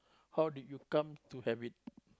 how did you come to have it